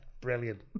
brilliant